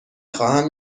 خواهم